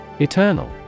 Eternal